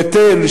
בית-אל,